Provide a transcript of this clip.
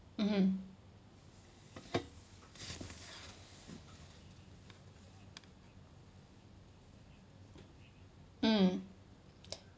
mmhmm mm